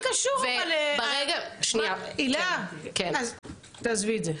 הילה, תעזבי את זה.